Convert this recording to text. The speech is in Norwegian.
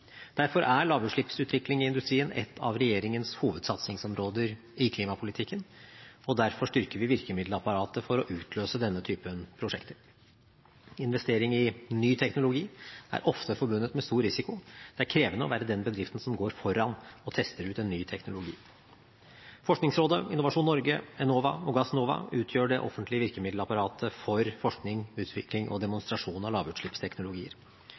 Derfor er lavutslippsutvikling i industrien et av regjeringens hovedsatsingsområder i klimapolitikken, og derfor styrker vi virkemiddelapparatet for å utløse denne typen prosjekter. Investering i ny teknologi er ofte forbundet med stor risiko. Det er krevende å være den bedriften som går foran og tester ut en ny teknologi. Forskningsrådet, Innovasjon Norge, Enova og Gassnova utgjør det offentlige virkemiddelapparatet for forskning, utvikling og demonstrasjon av lavutslippsteknologier.